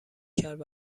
کرد